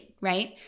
right